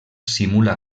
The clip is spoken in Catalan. simula